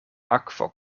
akvo